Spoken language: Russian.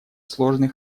сложный